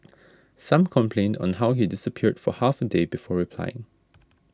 some complained on how he disappeared for half a day before replying